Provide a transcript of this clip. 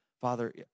Father